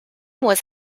was